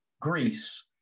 Greece